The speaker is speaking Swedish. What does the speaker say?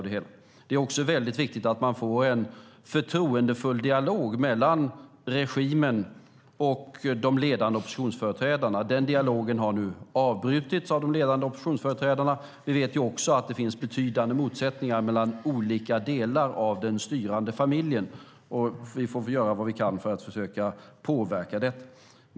Det är också viktigt att man får en förtroendefull dialog mellan regimen och de ledande oppositionsföreträdarna. Den dialogen har avbrutits av de ledande oppositionsföreträdarna. Vi vet också att det finns betydande motsättningar mellan olika delar av den styrande familjen, och vi får göra vad vi kan för att försöka påverka det.